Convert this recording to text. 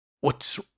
What's